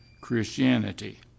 Christianity